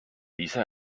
ise